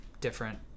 different